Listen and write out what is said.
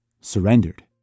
surrendered